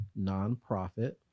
nonprofit